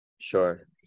sure